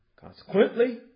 Consequently